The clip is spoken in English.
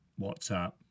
WhatsApp